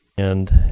and